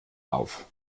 auf